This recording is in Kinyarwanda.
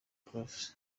prof